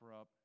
up